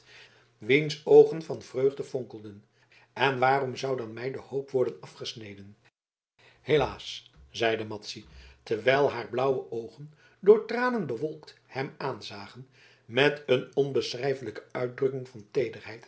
wiens oogen van vreugde fonkelden en waarom zou dan mij de hoop worden afgesneden helaas zeide madzy terwijl haar blauwe oogen door tranen bewolkt hem aanzagen met een onbeschrijfelijke uitdrukking van